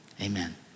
Amen